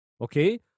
Okay